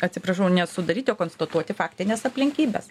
atsiprašau ne sudaryti o konstatuoti faktines aplinkybes